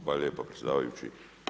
Hvala lijepo predsjedavajući.